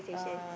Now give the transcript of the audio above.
uh